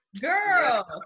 girl